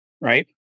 right